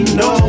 no